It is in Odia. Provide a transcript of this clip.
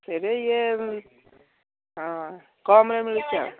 ଫିର୍ ବି ଇଏ ହଁ କମ୍ରେ ମିଳୁଛି ଆଉ